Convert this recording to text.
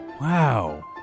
Wow